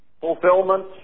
fulfillment